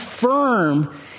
firm